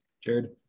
Jared